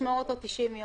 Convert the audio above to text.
לחומר עצמו?